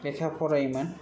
लेखा फरायोमोन